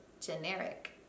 generic